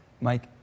Mike